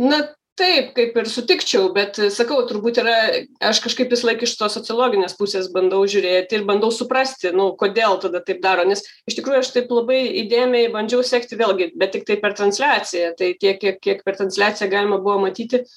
na taip kaip ir sutikčiau bet sakau turbūt yra aš kažkaip visą laiką iš tos sociologinės pusės bandau žiūrėti ir bandau suprasti nu kodėl tada taip daro nes iš tikrųjų aš taip labai įdėmiai bandžiau sekti vėlgi bet tiktai per transliaciją tai tiek kiek kiek per transliaciją galima buvo matyti